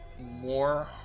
more